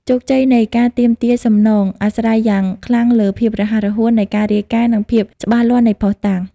ជោគជ័យនៃការទាមទារសំណង អាស្រ័យយ៉ាងខ្លាំងលើ ភាពរហ័សរហួន នៃការរាយការណ៍ និងភាពច្បាស់លាស់នៃភស្តុតាង។